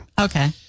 Okay